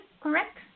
correct